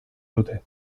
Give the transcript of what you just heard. dute